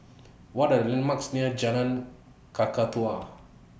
What Are The landmarks near Jalan Kakatua